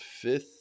fifth